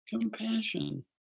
compassion